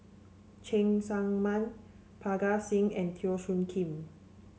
Cheng Tsang Man Parga Singh and Teo Soon Kim